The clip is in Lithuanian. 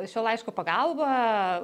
šio laiško pagalba